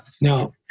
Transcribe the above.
Now